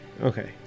Okay